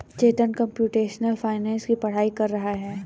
चेतन computational finance की पढ़ाई कर रहा है